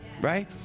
right